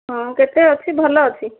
ହଁ କେତେ ଅଛି ଭଲ ଅଛି